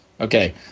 Okay